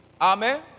Amen